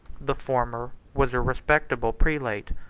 the former was a respectable prelate,